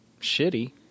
shitty